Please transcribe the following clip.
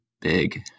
big